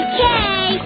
Okay